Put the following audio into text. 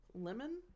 Lemon